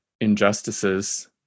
injustices